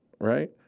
right